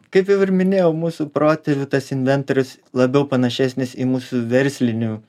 kaip jau ir minėjau mūsų protėvių tas inventorius labiau panašesnis į mūsų verslinių